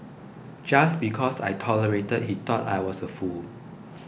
just because I tolerated he thought I was a fool